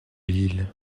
lille